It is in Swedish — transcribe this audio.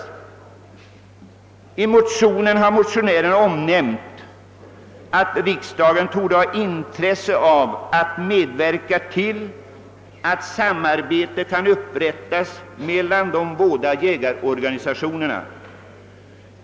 Vi motionärer har framhållit att riksdagen torde ha intresse av att medverka till att samarbete kan upprättas mellan de båda jägarorganisationerna.